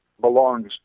belongs